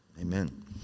amen